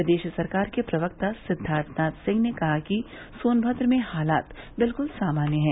प्रदेश सरकार के प्रवक्ता सिद्वार्थनाथ सिंह ने कहा कि सोनथद्र में हालात बिल्कुल सामान्य है